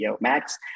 Max